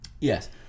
Yes